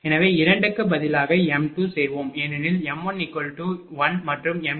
எனவே 2 க்கு பதிலாக m2 செய்வோம் ஏனெனில் m11 மற்றும் m22 கிளைக்கு 1